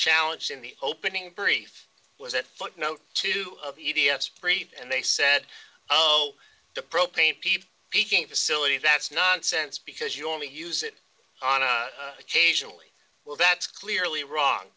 challenge in the opening brief was that footnote two of e d s brief and they said oh the propane people peeking facility that's nonsense because you only use it on a occasionally well that's clearly wrong